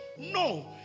no